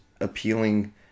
appealing